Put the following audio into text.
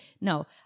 no